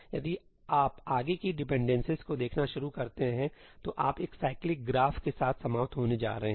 यदि आप आगे की डिपेंडेंसीज को देखना शुरू करते हैं तो आप एक साइक्लिक ग्राफ के साथ समाप्त होने जा रहे हैं